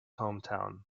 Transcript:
hometown